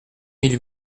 mille